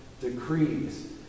decrees